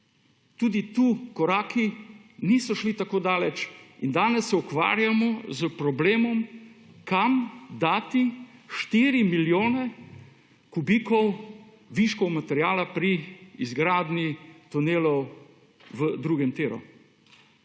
tudi tukaj koraki niso šli tako daleč in danes se ukvarjamo s problemom kam dati štiri milijone kubikov viškov materiala pri izgradnji tunelov v drugem tiru.